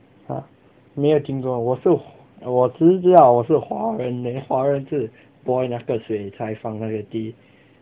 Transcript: !huh! 没有听过我是我只是知道我是华人 then 华人是 boil 那个水才放那个 tea